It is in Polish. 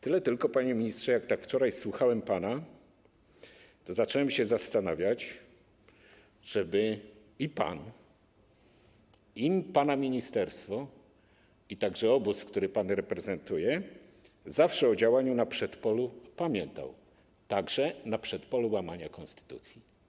Tyle tylko, panie ministrze, jak tak wczoraj słuchałem pana, zacząłem się zastanawiać: żeby i pan, i pana ministerstwo, a także obóz, który pan reprezentuje, zawsze o działaniu na przedpolu pamiętał, także na przedpolu łamania konstytucji.